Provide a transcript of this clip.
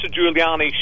Giuliani